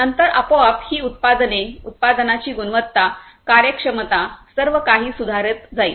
नंतर आपोआप ही उत्पादने उत्पादनाची गुणवत्ता कार्यक्षमता सर्वकाही सुधारत जाईल